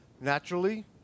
naturally